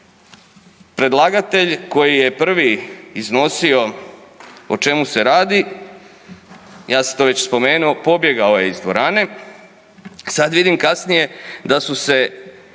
predlagatelj koji je prvi iznosio o čemu se radi, ja sam to već spomenuo pobjegao je iz dvorane. Sad vidim kasnije da su se